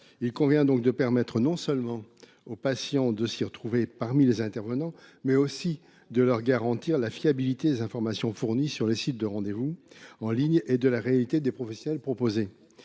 Il convient donc de permettre non seulement aux patients de s’y retrouver parmi les intervenants, mais aussi de leur garantir la fiabilité des informations fournies sur les sites de rendez vous en ligne, ainsi que la réalité de l’existence des professionnels proposés.